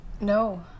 no